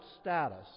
status